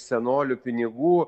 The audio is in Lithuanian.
senolių pinigų